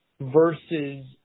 versus